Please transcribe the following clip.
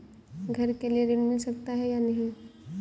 घर के लिए ऋण मिल सकता है या नहीं?